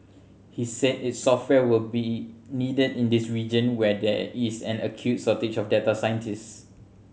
he said its software will be needed in this region where there is an acute shortage of data scientist